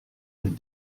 les